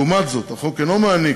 לעומת זאת, החוק אינו מעניק